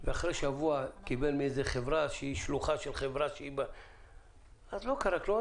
ואחרי שבוע קיבל מחברה שהיא שלוחה של חברה אז לא קרה כלום,